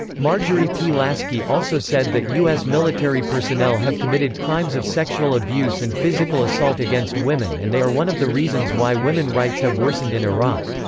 marjorie p. lasky also said that u s. military personnel have committed crimes of sexual abuse and physical assault against women and they are one of the reasons why women rights have worsened in iraq.